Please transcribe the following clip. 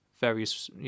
various